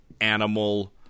animal